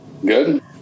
good